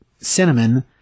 cinnamon